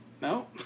No